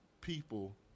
people